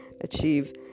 achieve